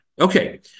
Okay